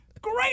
great